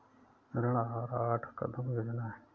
ऋण आहार आठ कदम योजना है